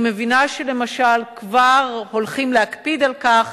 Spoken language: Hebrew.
אני מבינה למשל שכבר הולכים להקפיד על כך